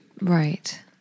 Right